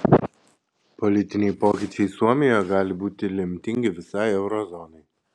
politiniai pokyčiai suomijoje gali būti lemtingi visai euro zonai